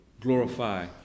glorify